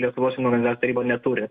lietuvos jaunimo organizacijų taryba neturi